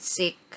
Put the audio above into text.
sick